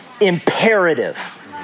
imperative